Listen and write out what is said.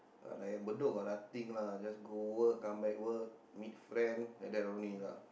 like at Bedok got nothing lah just go work come back work meet friend like that only lah